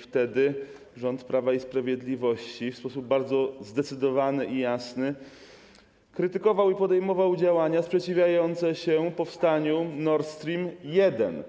Wtedy rząd Prawa i Sprawiedliwości w sposób bardzo zdecydowany i jasny to krytykował i podejmował działania sprzeciwiające się powstaniu Nord Stream 1,